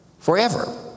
forever